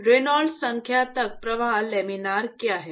Reynolds संख्या तक प्रवाह लामिना क्या है